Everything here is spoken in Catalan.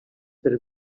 per